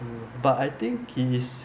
but I think he is